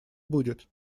будет